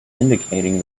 indicating